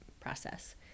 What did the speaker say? process